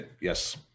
yes